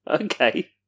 Okay